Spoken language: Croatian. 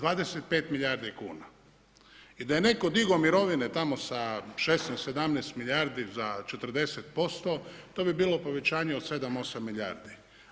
25 milijardi kuna, i da je netko digao mirovine tamo sa 16, 17 milijardi za 40% to bi bilo povećanje od 7, 8 milijardi.